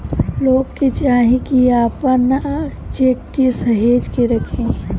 लोग के चाही की आपन चेक के सहेज के रखे